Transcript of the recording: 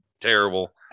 terrible